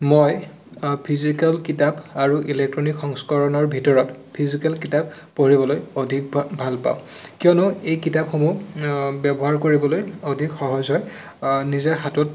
মই ফিজিকেল কিতাপ আৰু ইলেক্ট্ৰনিক সংস্কৰণৰ ভিতৰত ফিজিকেল কিতাপ পঢ়িবলৈ অধিক ভাল ভালপাওঁ কিয়নো এই কিতাপসমূহ ব্যৱহাৰ কৰিবলৈ অধিক সহজ হয় নিজে হাতত